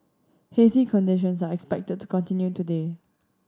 hazy conditions are expected to continue today